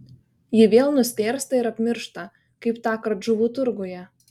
ji vėl nustėrsta ir apmiršta kaip tąkart žuvų turguje